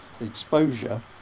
exposure